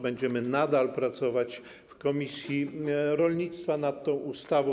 Będziemy nadal pracować w komisji rolnictwa nad tą ustawą.